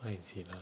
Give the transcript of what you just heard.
what is it ah